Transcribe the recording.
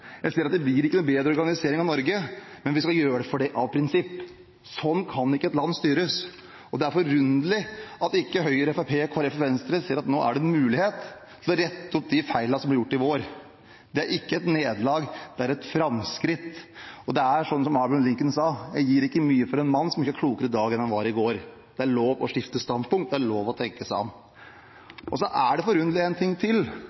jeg ser at det er dysfunksjonelt, jeg ser at det ikke blir noen bedre organisering av Norge, men vi skal gjøre det likevel – av prinsipp. Sånn kan ikke et land styres. Det er forunderlig at ikke Høyre, Fremskrittspartiet, Kristelig Folkeparti og Venstre ser at det nå er en mulighet til å rette opp de feilene som ble gjort i vår. Det er ikke et nederlag, det er et framskritt, og det er som Abraham Lincoln sa: Jeg gir ikke mye for en mann som ikke er klokere i dag enn han var i går. Det er lov å skifte standpunkt, det er lov å tenke seg om.